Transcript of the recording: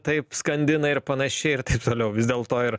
taip skandina ir panašiai ir taip toliau vis dėlto ir